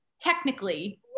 technically